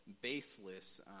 baseless